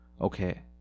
Okay